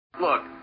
Look